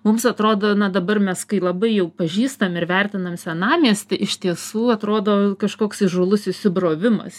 mums atrodo na dabar mes kai labai jau pažįstam ir vertinam senamiestį iš tiesų atrodo kažkoks įžūlus įsibrovimas